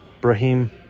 Brahim